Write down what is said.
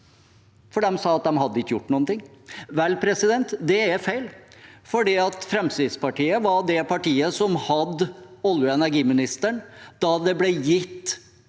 De sa at de hadde ikke gjort noen ting. Vel, det er feil, for Fremskrittspartiet var det partiet som hadde olje- og energiministeren da det ble gitt